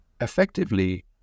Effectively